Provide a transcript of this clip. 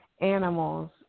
Animals